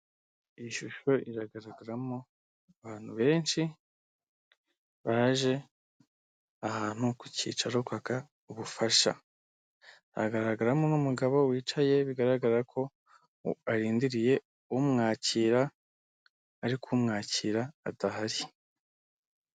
Iyi shusho iragaragaramo abantu benshi baje ahantu ku cyicaro kwaka ubufasha. Haragaragaramo n'umugabo wicaye, bigaragara ko arindiriye umwakira ariko umwakira adahari.